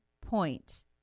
point